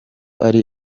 ari